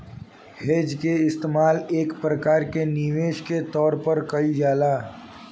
hedge के इस्तेमाल एक प्रकार के निवेश के तौर पर कईल जाला